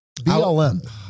BLM